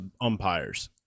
umpires